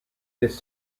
this